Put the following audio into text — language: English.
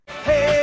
Hey